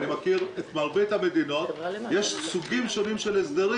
ואני מכיר את מרבית המדינות יש סוגים שונים של הסדרים,